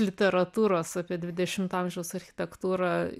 literatūros apie dvidešimto amžiaus architektūrą